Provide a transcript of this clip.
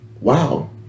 wow